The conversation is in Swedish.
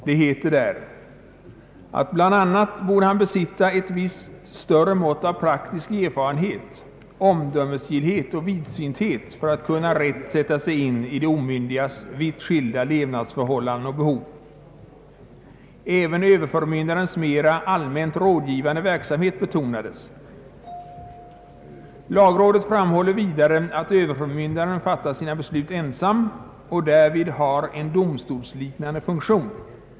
Det heter där, att »bland annat borde han besitta ett visst större mått av praktisk erfarenhet, omdömesgillhet och vidsynthet för att kunna rätt sätta sig in i de omyndigas vitt skilda levnadsförhållanden och behov». Även överförmyndarens mer allmänt rådgivande verksamhet betonades. Lagrådet framhåller vidare att överförmyndaren fattar sina beslut ensam och därvid har en domstolsliknande funktion.